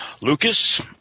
Lucas